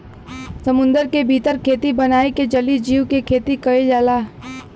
समुंदर के भीतर खेती बनाई के जलीय जीव के खेती कईल जाला